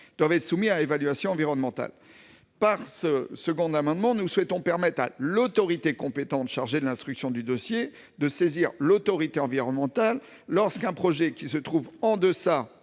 doivent être soumis à évaluation environnementale. Par cet amendement, nous souhaitons permettre à l'autorité compétente chargée de l'instruction du dossier de saisir l'autorité environnementale lorsqu'un projet se situant en deçà